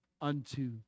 unto